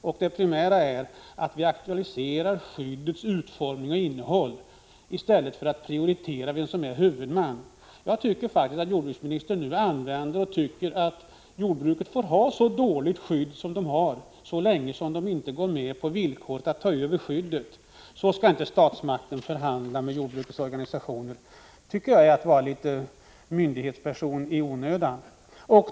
Det primära är att vi aktualiserar skyddets utformning och innehåll i stället för att prioritera vem som är huvudman. Jordbruksministern verkar tycka att jordbrukarna får ha ett så dåligt skydd som de har så länge de inte går med på villkoret att ta över skyddet. Så skall inte statsmakten förhandla med jordbrukets organisationer. Det tycker jag är att vara för mycket av myndighetsperson.